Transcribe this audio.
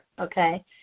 okay